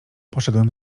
poszedłem